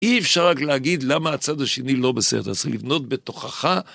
אי אפשר רק להגיד למה הצד השני לא בסדר, זה לבנות בתוכחה.